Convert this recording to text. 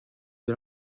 dès